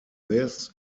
this